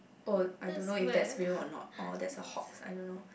oh I don't know if that's real or not or that's a hoax I don't know